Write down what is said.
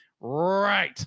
Right